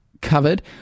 covered